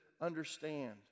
understand